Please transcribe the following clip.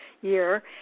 year